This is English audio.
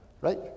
right